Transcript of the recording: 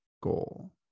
goal